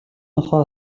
нохой